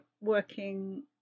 working